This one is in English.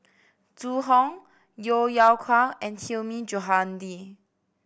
Zhu Hong Yeo Yeow Kwang and Hilmi Johandi